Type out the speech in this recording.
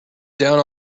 down